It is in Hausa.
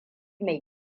mai